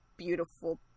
beautiful